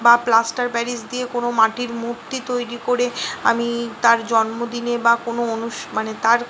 বা plaster Paris দিয়ে কোনো মাটির মূর্তি তৈরি করে আমি তার জন্মদিনে বা কোনো অনুষ মানে তার